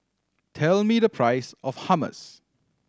tell me the price of Hummus